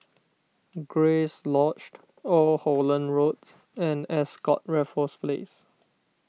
Grace Lodge Old Holland Road and Ascott Raffles Place